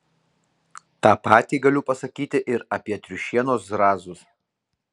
tą patį galiu pasakyti ir apie triušienos zrazus